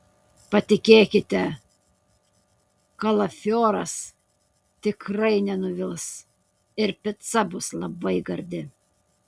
patikėkite kalafioras tikrai nenuvils ir pica bus labai gardi